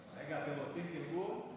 רגע, אתם רוצים תרגום?